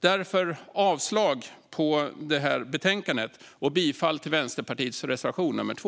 Därför yrkar jag avslag på förslaget i betänkandet och bifall till Vänsterpartiets reservation nr 2.